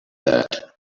that